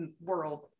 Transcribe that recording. world